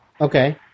Okay